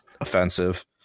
offensive